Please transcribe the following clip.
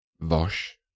Vosh